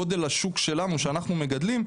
גודל השוק שאנחנו מגדלים,